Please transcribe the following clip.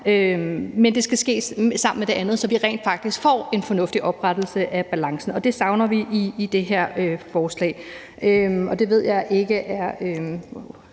men det skal ske sammen med det andet, så vi rent faktisk får en fornuftig genoprettelse af balancen, og det savner vi i det her forslag, og jeg ved, at det ikke er